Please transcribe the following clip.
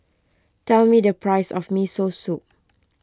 tell me the price of Miso Soup